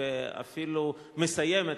ואפילו מסיימת,